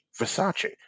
Versace